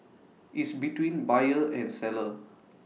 is between buyer and seller